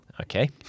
Okay